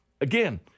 Again